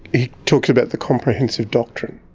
he talked about the comprehensive doctrine.